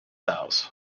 house